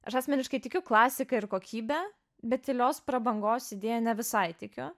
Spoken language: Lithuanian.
aš asmeniškai tikiu klasika ir kokybe bet tylios prabangos idėja ne visai tikiu